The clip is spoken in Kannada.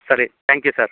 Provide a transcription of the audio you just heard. ಸರಿ ಥ್ಯಾಂಕ್ ಯು ಸರ್